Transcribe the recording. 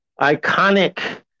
Iconic